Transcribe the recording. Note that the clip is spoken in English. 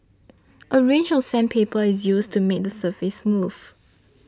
a range of sandpaper is used to make the surface smooth